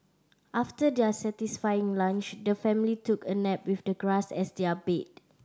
after their satisfying lunch the family took a nap with the grass as their bed